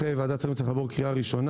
אחרי ועדת שרים זה צריך לעבור בקריאה ראשונה.